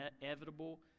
inevitable